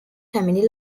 family